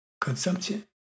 consumption